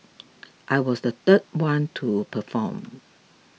I was the third one to perform